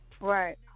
Right